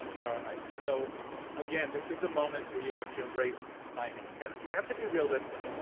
ah so again, this is a moment where you have to embrace science. and you have to be realistic.